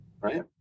Right